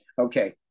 okay